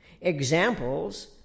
Examples